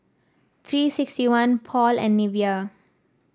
Three six one Paul and Nivea